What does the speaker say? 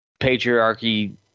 patriarchy